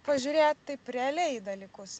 pažiūrėt taip realiai į dalykus